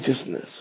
righteousness